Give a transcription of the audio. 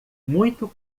muito